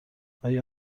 آیا